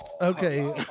Okay